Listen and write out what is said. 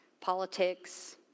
politics